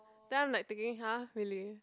then I'm like thinking !huh! really